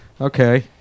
Okay